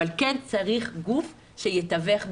אבל כן צריך גוף שיתווך ביניהם.